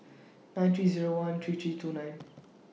nine three Zero one three three two nine